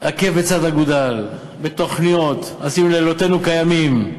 עקב בצד אגודל, בתוכניות, עשינו לילותינו כימים,